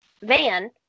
van